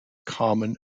common